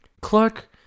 Clark